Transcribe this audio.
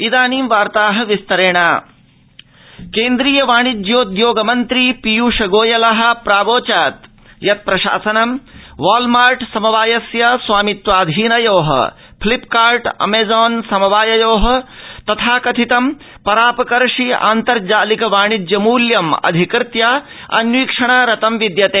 पीयूषआन्तर्जालिकवाणिज्यम् केन्द्रीय वाणिज्योद्योग मन्त्री पीयूष गोयलः प्रावोचत् यत् प्रशासनं वालमार्ट् समवायस्य स्वामित्वाधीनयोः फिलप्कार्ट् अमेजॉन् समवाययोः तथाकथितं परापकर्षि आन्तर्जालिक वाणिज्य मूल्यम् अधिकृत्य अन्वीक्षणारतं विद्यते